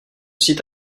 site